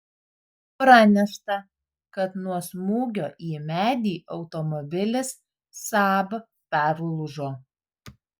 pranešta kad nuo smūgio į medį automobilis saab perlūžo